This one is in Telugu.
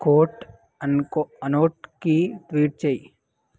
కోట్ అన్కో అనోట్కి ట్వీట్ చెయ్యి